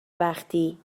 وقتی